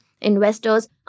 investors